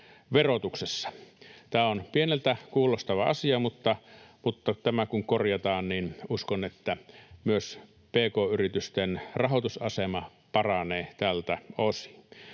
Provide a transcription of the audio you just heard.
Tämä on pieneltä kuulostava asia, mutta tämä kun korjataan, niin uskon, että myös pk-yritysten rahoitusasema paranee tältä osin.